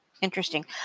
Interesting